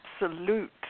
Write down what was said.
absolute